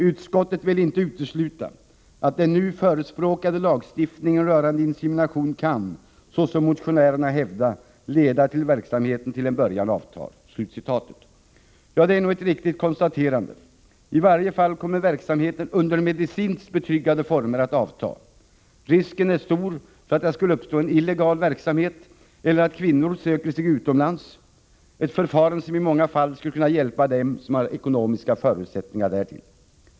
”utskottet vill inte utesluta att den nu förespråkade lagstiftningen rörande insemination kan, såsom motionärerna hävdar, leda till att verksamheten ——- till en början avtar.” Ja, det är nog ett riktigt konstaterande. I varje fall kommer verksamheten under medicinskt betryggande former att avta. Risken är stor för att det skall uppstå en illegal verksamhet, eller att kvinnor söker sig utomlands; ett förfarande som i många fall skulle kunna hjälpa dem som har ekonomiska förutsättningar därtill.